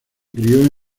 crio